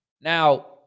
Now